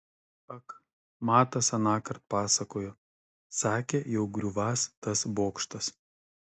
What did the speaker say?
ak matas anąkart pasakojo sakė jau griūvąs tas bokštas